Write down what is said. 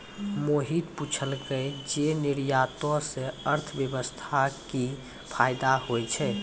मोहित पुछलकै जे निर्यातो से अर्थव्यवस्था मे कि फायदा होय छै